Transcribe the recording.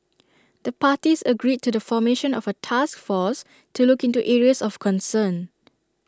the parties agreed to the formation of A task force to look into areas of concern